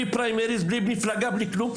בלי מפלגה ובלי פריימריז,